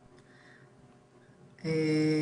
יוראי,